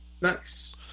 Nice